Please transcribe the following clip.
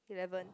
eleven